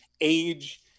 age